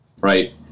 right